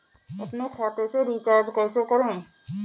अपने खाते से रिचार्ज कैसे करें?